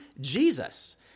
Jesus